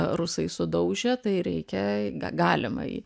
rusai sudaužė tai reikia ga galima į